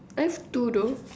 I've two though